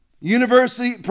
University